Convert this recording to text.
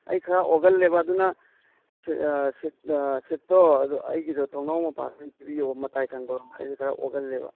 ꯑꯩ ꯈꯔ ꯑꯣꯒꯜꯂꯦꯕ ꯑꯗꯨꯅ ꯁꯤꯠꯇꯣ ꯑꯗꯣ ꯑꯩꯒꯤꯗꯣ ꯊꯣꯡꯅꯥꯎ ꯃꯄꯥꯗ ꯑꯣꯏꯅ ꯄꯤꯕꯤꯌꯣ ꯃꯇꯥꯏ ꯊꯪꯕꯔꯣꯝꯗ ꯑꯩꯁꯤ ꯈꯔ ꯑꯣꯒꯜꯂꯦꯕ